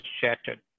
shattered